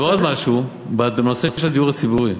ועוד משהו, בנושא של הדיור הציבורי.